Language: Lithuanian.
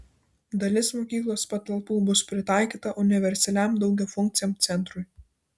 dalis mokyklos patalpų bus pritaikyta universaliam daugiafunkciam centrui